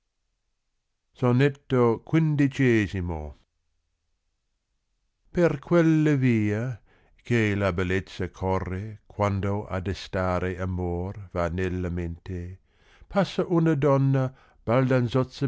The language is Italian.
sonetto iv per quella via che la bellezza corre qaando a destare amor va nella mente passa una donna